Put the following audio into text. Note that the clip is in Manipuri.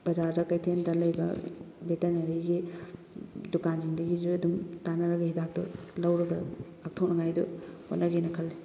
ꯕꯖꯥꯔꯗ ꯀꯩꯊꯦꯜꯗ ꯂꯩꯕ ꯚꯦꯇꯅꯔꯤꯒꯤ ꯗꯨꯀꯥꯟꯁꯤꯡꯗꯒꯤꯁꯨ ꯑꯗꯨꯝ ꯇꯥꯟꯅꯔꯒ ꯍꯤꯗꯥꯛꯇꯣ ꯂꯧꯔꯒ ꯉꯥꯛꯊꯣꯛꯅꯉꯥꯏꯗꯣ ꯍꯣꯠꯅꯒꯦꯅ ꯈꯜꯂꯤ